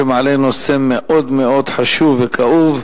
שמעלה נושא מאוד מאוד חשוב וכאוב.